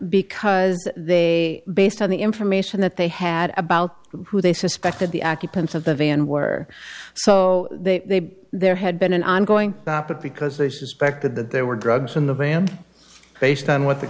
because they based on the information that they had about who they suspected the aca pence of the van were so they there had been an ongoing but because they suspected that there were drugs in the band based on what the